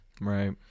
Right